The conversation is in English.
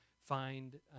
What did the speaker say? find